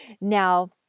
Now